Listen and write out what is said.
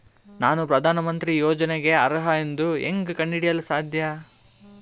ನಾನು ಪ್ರಧಾನ ಮಂತ್ರಿ ಯೋಜನೆಗೆ ಅರ್ಹ ಎಂದು ಹೆಂಗ್ ಕಂಡ ಹಿಡಿಯಲು ಸಾಧ್ಯ?